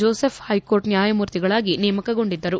Joseph high court ನ್ವಾಯಮೂರ್ತಿಗಳಾಗಿ ನೇಮಕಗೊಂಡಿದ್ದರು